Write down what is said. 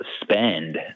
spend